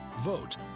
Vote